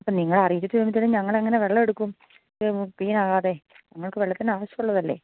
ഇപ്പം നിങ്ങളെ അറിയിച്ചിട്ട് ഞങ്ങൾ എങ്ങനെ വെള്ളമെടുക്കും ക്ളീനാകാതെ ഞങ്ങൾക്ക് വെള്ളത്തിന് ആവശ്യമുള്ളതല്ലേ